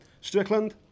Strickland